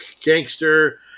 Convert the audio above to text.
gangster